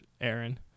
Aaron